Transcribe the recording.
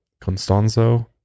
Constanzo